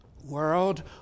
world